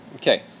Okay